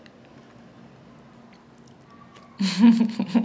!wah! you are the genie ah perfect um